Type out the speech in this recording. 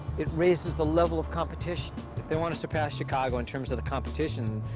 it raises the level of competition. if they want to surpass chicago in terms of the competition,